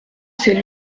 c’est